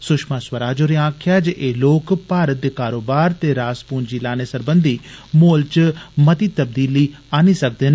सुशमा स्वराज होरें आक्खेआ जे एह् लोक भारत ने कारोबार ते रासपूंजी लाने सरबंधी माहोल च मती तबदीली आन्नी सकदे न